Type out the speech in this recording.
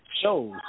shows